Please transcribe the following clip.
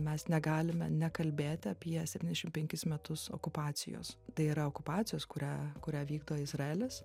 mes negalime nekalbėti apie septyniasdešim penkis metus okupacijos tai yra okupacijos kurią kurią vykdo izraelis